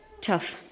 Tough